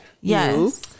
Yes